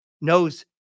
knows